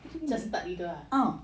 macam stud gitu ah